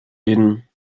reden